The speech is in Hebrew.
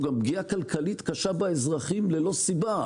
פגיעה כלכלית קשה באזרחים ללא סיבה.